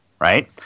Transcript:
right